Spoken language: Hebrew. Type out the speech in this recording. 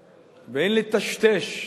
תודה,